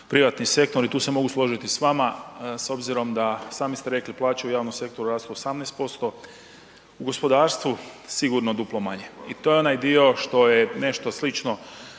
privatni sektor i tu se mogu složiti s vama s obzirom da, sami ste rekli plaće u javnom sektoru rastu 18%, u gospodarstvu sigurno duplo manje i to je onaj dio što je nešto slično